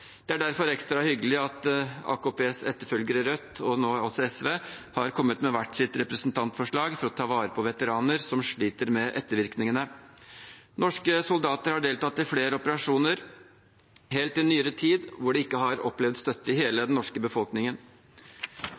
Det er derfor ekstra hyggelig at AKPs etterfølgere, Rødt, og nå også SV har kommet med hvert sitt representantforslag for å ta vare på veteraner som sliter med ettervirkningene. Norske soldater har deltatt i flere operasjoner, helt fram til nyere tid, hvor de ikke har opplevd støtte i hele den norske befolkningen.